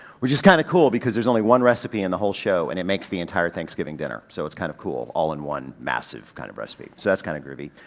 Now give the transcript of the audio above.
which is kind of cool because there's only one recipe in the whole show and it makes the entire thanksgiving dinner, so it's kind of cool, all in one massive kind of recipe. so that's kind of groovy.